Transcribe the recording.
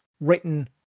written